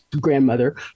grandmother